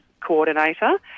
coordinator